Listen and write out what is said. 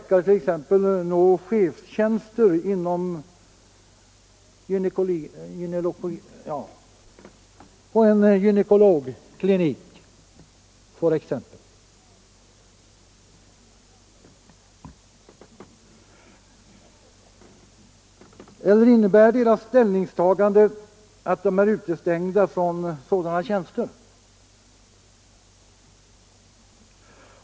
Kan t.ex. sådana läkare nå chefstjänster på gynekologiska kliniker? Eller innebär deras ställningstagande att de är utestängda från sådana tjänster?